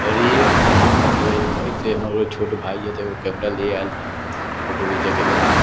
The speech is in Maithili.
रेयर केशमे होयल ऐसे मगर छोट भाय है तऽ एगो कैमरा ले आयल है फोटो घिचैके लेल